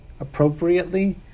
appropriately